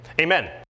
Amen